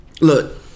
Look